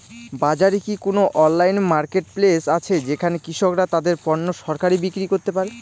বাজারে কি কোন অনলাইন মার্কেটপ্লেস আছে যেখানে কৃষকরা তাদের পণ্য সরাসরি বিক্রি করতে পারে?